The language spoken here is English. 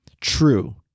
True